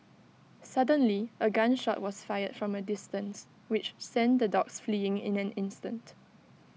suddenly A gun shot was fired from A distance which sent the dogs fleeing in an instant